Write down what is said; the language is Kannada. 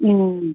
ಹ್ಞೂ